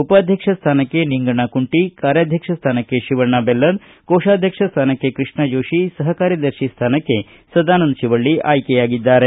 ಉಪಾಧ್ಯಕ್ಷ ಸ್ಥಾನಕ್ಕೆ ನಿಂಗಣ್ಣ ಕುಂಟಿ ಕಾರ್ಯಾಧ್ಯಕ್ಷ ಸ್ಥಾನಕ್ಕೆ ಶಿವಣ್ಣ ಬೆಲ್ಲದ ಕೋಶಾಧ್ಯಕ್ಷ ಸ್ಥಾನಕ್ಕೆ ಕೃಷ್ಣ ಜೋಶಿ ಸಹ ಕಾರ್ಯದರ್ಶಿ ಸ್ಥಾನಕ್ಕೆ ಸದಾನಂದ ಶಿವಳ್ಳಿ ಆಯ್ಕೆಯಾಗಿದ್ದಾರೆ